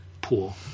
pool